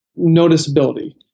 noticeability